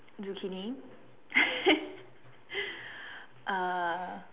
zucchini uh